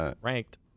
Ranked